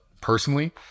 personally